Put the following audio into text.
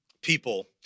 people